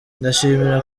ndashimira